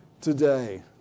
today